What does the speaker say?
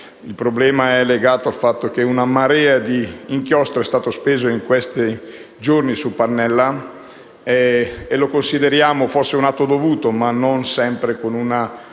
Il problema è legato al fatto che una marea di inchiostro è stata spesa in questi giorni su Pannella. Lo consideriamo forse un atto dovuto, ma non sempre con una